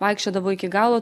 vaikščiodavo iki galo